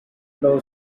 law